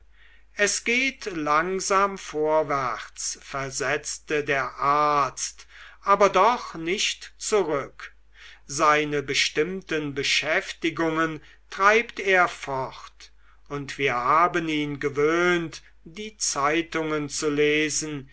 es geht langsam vorwärts versetzte der arzt aber doch nicht zurück seine bestimmten beschäftigungen treibt er fort und wir haben ihn gewöhnt die zeitungen zu lesen